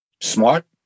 Smart